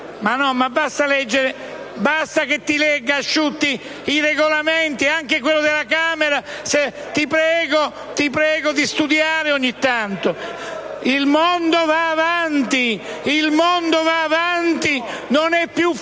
Basta che lei legga, senatore Asciutti, il Regolamento anche quello della Camera. La prego di studiare ogni tanto! Il mondo va avanti, non è più fermo